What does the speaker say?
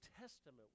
Testament